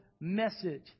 message